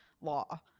law